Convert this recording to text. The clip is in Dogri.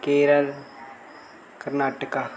केरल कर्नाटका